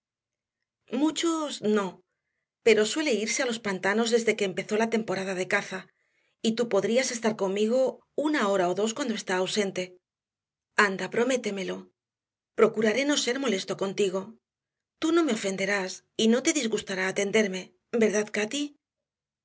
muchos no pero suele irse a los pantanos desde que empezó la temporada de caza y tú podrías estar conmigo una hora o dos cuando está ausente anda prométemelo procuraré no ser molesto contigo tú no me ofenderás y no te disgustará atenderme verdad cati